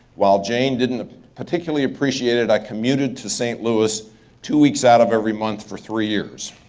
while jane didn't particularly appreciate it, i commuted to st. louis two weeks out of every month for three years.